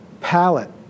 palette